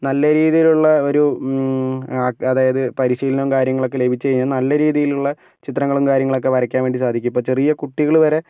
നല്ല രീതിയിലുള്ള ഒരു അതായത് പരിശീലനവും കാര്യങ്ങളൊക്കെ ലഭിച്ചു കഴിഞ്ഞാൽ നല്ല രീതിയിലുള്ള ചിത്രങ്ങളും കാര്യങ്ങളൊക്കെ വരക്കാൻ വേണ്ടി സാധിക്കും ഇപ്പോൾ ചെറിയ കുട്ടികൾ വരെ